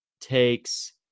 takes